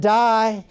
die